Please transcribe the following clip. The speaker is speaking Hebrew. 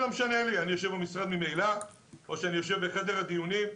משנה כי אני ממילא יושב במשרד או שאני יושב בחדר הדיונים.